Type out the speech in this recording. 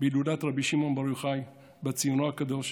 בהילולת רבי שמעון בר יוחאי בציונו הקדוש,